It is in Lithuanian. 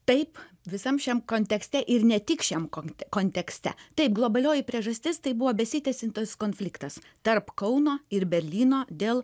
taip visam šiam kontekste ir ne tik šiam konk kontekste taip globalioji priežastis tai buvo besitęsiantis konfliktas tarp kauno ir berlyno dėl